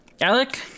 Alec